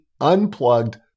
unplugged